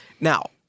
Now